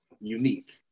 unique